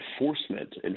enforcement